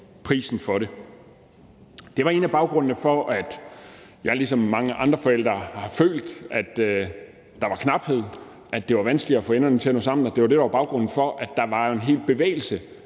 prisen for det. Det er en af baggrundene for, at jeg ligesom mange andre forældre har følt, at der var knaphed, at det var vanskeligt at få enderne til at nå sammen, og det var det, der var baggrunden for, at der var en hel bevægelse